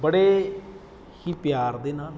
ਬੜੇ ਹੀ ਪਿਆਰ ਦੇ ਨਾਲ